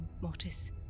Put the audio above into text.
Mortis